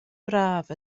braf